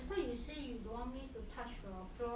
I though you say you don't want me to touch your floor